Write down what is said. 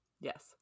Yes